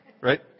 right